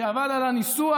שעבד על הניסוח,